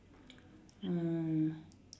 uh